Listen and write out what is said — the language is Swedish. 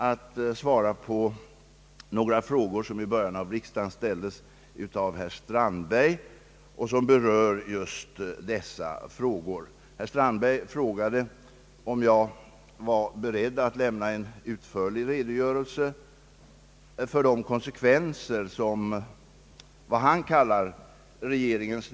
De tre stora materielanslagen, som vi nu skall ta ställning till, föreslås ökade så att medelsförbrukningen kan väntas stiga från 1540 miljoner kronor till 1 810 miljoner kronor eller med 270 miljoner kronor.